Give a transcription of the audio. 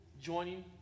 joining